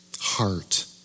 heart